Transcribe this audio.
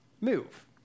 move